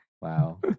wow